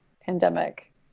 pandemic